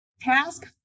task